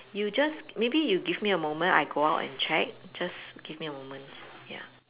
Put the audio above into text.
you just maybe you give me a moment I go out and check just give me a moment ya